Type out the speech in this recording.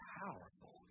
powerful